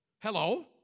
Hello